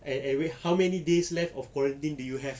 eh eh how many days left of quarantine do you have